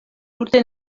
tute